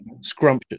scrumptious